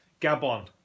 Gabon